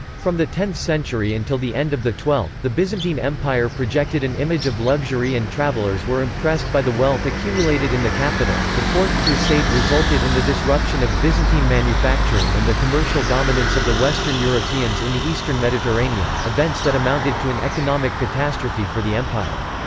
from the tenth century until the end of the twelfth, the byzantine empire projected an image of luxury and travellers were impressed by the wealth accumulated in the capital the fourth crusade resulted in the disruption of byzantine manufacturing and the commercial dominance of the western europeans in the eastern mediterranean, events that amounted to an economic catastrophe for the empire.